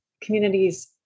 communities